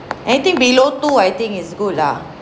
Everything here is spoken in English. anything below two I think is good lah